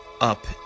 up